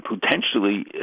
potentially